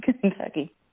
Kentucky